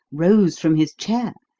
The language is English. rose from his chair,